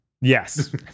Yes